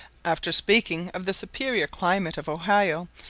after speaking of the superior climate of ohio,